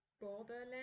borderland